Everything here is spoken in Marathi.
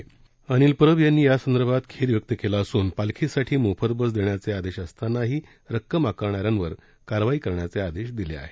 परिवहन मंत्री अनिल परब यांनी यासंदर्भात खेद व्यक्त केला असून पालखीसाठी मोफत बस देण्याचे आदेश असतानाही रक्कम आकारणाऱ्यांवर कारवाई करण्याचे आदेश दिले आहेत